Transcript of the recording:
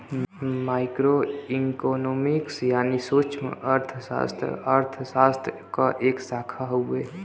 micro economics यानी सूक्ष्मअर्थशास्त्र अर्थशास्त्र क एक शाखा हउवे